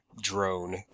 Drone